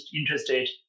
interested